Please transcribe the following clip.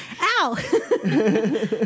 Ow